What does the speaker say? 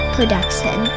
Production